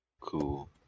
Cool